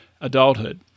adulthood